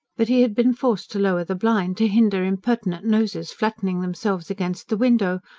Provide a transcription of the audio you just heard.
but he had been forced to lower the blind, to hinder impertinent noses flattening themselves against the window,